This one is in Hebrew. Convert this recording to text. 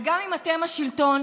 וגם אם אתם השלטון,